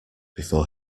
before